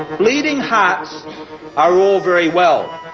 bleeding hearts are all very well,